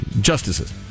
justices